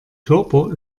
körper